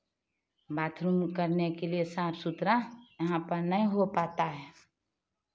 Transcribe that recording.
bathroom करने के लिए साफ सुथरा यहाँ पर नहीं हो पाता है